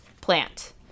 plant